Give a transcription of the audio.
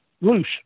loose